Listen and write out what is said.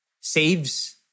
saves